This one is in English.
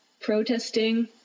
protesting